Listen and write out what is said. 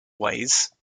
ways